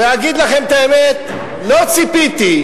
ואגיד לכם את האמת: לא ציפיתי,